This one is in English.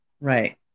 Right